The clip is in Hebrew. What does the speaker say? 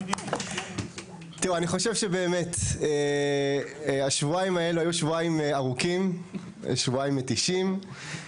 אני חושב שהשבועיים האלה באמת היו ארוכים ומתישים.